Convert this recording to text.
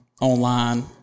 online